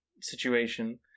situation